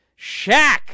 Shaq